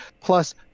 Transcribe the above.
plus